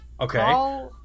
Okay